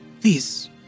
Please